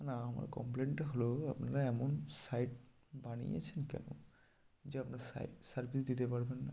না আমার কমপ্লেনটা হলো আপনারা এমন সাইট বানিয়েছেন কেন যা আপনার সাইট সার্ভিস দিতে পারবেন না